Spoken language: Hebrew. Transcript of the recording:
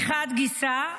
מחד גיסא,